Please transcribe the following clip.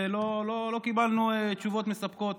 ולא קיבלנו תשובות מספקות.